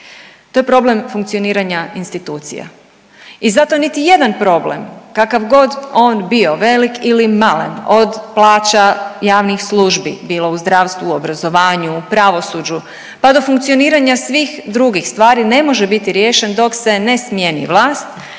To je problem funkcioniranja institucija i zato niti jedan problem kakav god on bio velik ili malen od plaća javnih službi bilo u zdravstvu, obrazovanju, u pravosuđu, pa do funkcioniranja svih drugih stvari ne može biti riješen dok se ne smijeni vlast